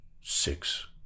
six